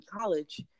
college